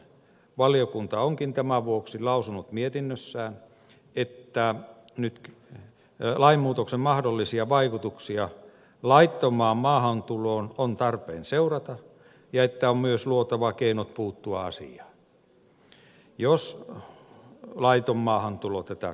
valiokunta onkin tämän vuoksi lausunut mietinnössään että lainmuutoksen mahdollisia vaikutuksia laittomaan maahantuloon on tarpeen seurata ja että on myös luotava keinot puuttua asiaan jos laiton maahantulo tätä kautta kasvaa